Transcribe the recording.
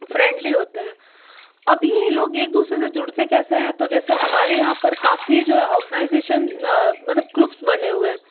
friendly होते हैं अब ये लोग एक दूसरे से जुड़ते कैसे हैं तो जैसे हमारे यहाँ पर काफ़ी जो ऑर्गनाइज़ेशन मतलब ग्रूप्स बने हुए हैं